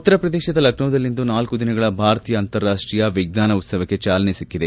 ಉತ್ತರ ಪ್ರದೇಶದ ಲಕ್ನೋದಲ್ಲಿಂದು ನಾಲ್ತು ದಿನಗಳ ಭಾರತೀಯ ಅಂತಾರಾಷ್ವೀಯ ವಿಜ್ವಾನ ಉತ್ಸವಕ್ಕೆ ಚಾಲನೆ ಸಿಕ್ಕಿದೆ